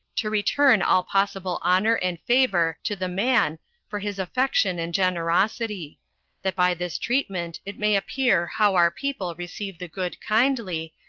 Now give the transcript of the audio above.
to return all possible honor and favor to the man for his affection and generosity that by this treatment it may appear how our people receive the good kindly,